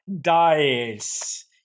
dice